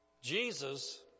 Jesus